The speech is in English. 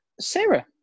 Sarah